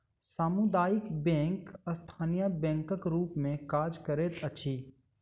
सामुदायिक बैंक स्थानीय बैंकक रूप मे काज करैत अछि